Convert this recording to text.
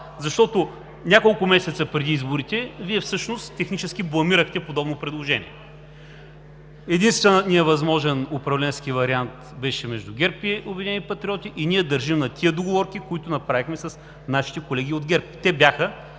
защото няколко месеца преди изборите Вие технически бламирахте подобно предложение. Единственият възможен управленски вариант беше между ГЕРБ и „Обединени патриоти“ и ние държим на тези договори, които направихме с нашите колеги от ГЕРБ. Те бяха